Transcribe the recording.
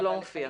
לא מופיע.